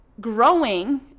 growing